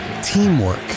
Teamwork